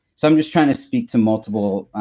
so i'm just trying to speak to multiple.